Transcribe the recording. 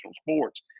sports